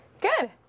Good